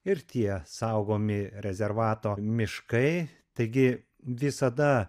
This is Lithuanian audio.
ir tie saugomi rezervato miškai taigi visada